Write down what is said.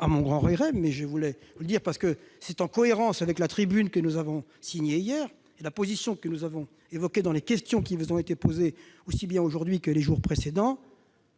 à mon grand regret, mais aussi en cohérence avec la tribune que nous avons signée hier et la position que nous avons défendue dans les questions qui vous ont été posées aussi bien aujourd'hui que les jours précédents,